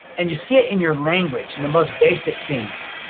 and you see it in your language, in the most basic things.